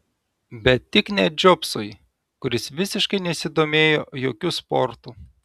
bet tik ne džobsui kuris visiškai nesidomėjo jokiu sportu